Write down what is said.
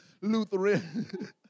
Lutheran